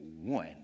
one